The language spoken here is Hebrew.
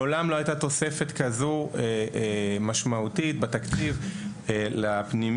מעולם לא הייתה תוספת כזו משמעותית בתקציב לפנימיות,